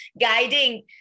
guiding